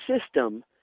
system –